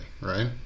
right